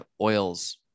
oils